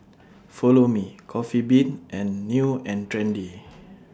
Follow Me Coffee Bean and New and Trendy